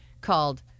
called